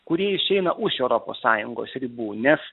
kurie išeina už europos sąjungos ribų nes